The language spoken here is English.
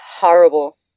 horrible